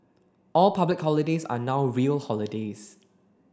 all public holidays are now real holidays